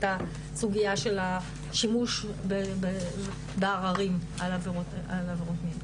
הסוגיה של השימוש בעררים על עבירות מין,